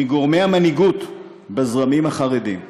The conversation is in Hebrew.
מגורמי המנהיגות בזרמים החרדיים כולם: